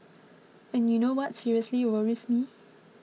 and you know what seriously worries me